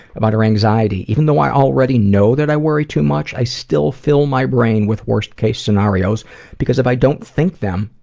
about her anxiety. even though i already know that i worry too much, i still fill my brains with worst case scenarios because if i don't think them,